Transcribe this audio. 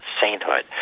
sainthood